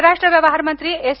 परराष्ट्र व्यवहार मंत्री एस